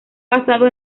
basado